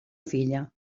filla